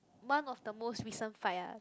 one of the most recent fight ah